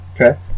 Okay